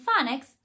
phonics